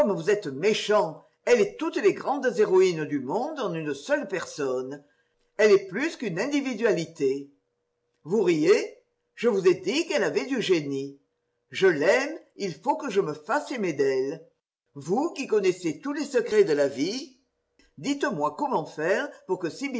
gomme vous êtes méchant elle est toutes les grandes héroïnes du monde en une seule personne elle est plus qu'une individualité vous riez je vous ai dit qu'elle avait du génie je l'aime il faut que je me fasse aimer d'elle vous qui connaissez tous les secrets de la vie dites-moi comment faire pour que